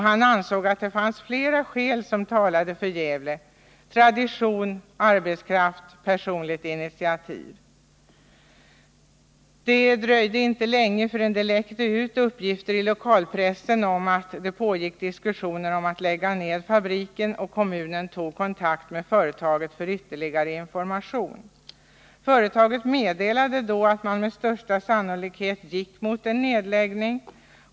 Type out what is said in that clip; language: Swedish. Han ansåg att det fanns flera skäl som talade för Gävle:tradition, arbetskraft, personligt initiativ. Det dröjde inte länge förrän det läckte ut uppgifter i lokalpressen om att det pågick diskussioner om att lägga ned fabriken i Gävle. Kommunen tog därför kontakt med företaget för ytterligare information. Företaget meddelade då att enheten med största sannolikhet gick mot en nedläggning.